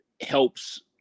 helps